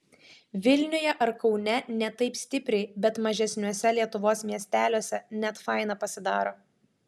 vilniuje ar kaune ne taip stipriai bet mažesniuose lietuvos miesteliuose net faina pasidaro